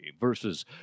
versus